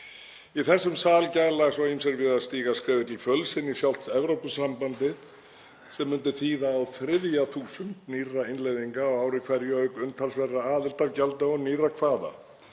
Í þessum sal gæla svo ýmsir við að stíga skrefið til fulls inn í sjálft Evrópusambandið, sem myndi þýða á þriðja þúsund nýrra innleiðinga á ári hverju, auk umtalsverðra aðildargjalda og nýrra kvaða